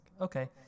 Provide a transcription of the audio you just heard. okay